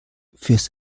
fürs